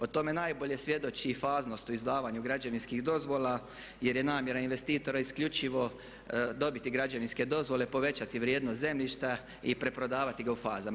O tome najbolje svjedoči i faznost u izdavanju građevinskih dozvola jer je namjera investitora isključivo dobiti građevinske dozvole, povećati vrijednost zemljišta i preprodavati ga u fazama.